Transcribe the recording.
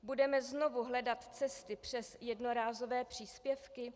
Budeme znovu hledat cesty přes jednorázové příspěvky?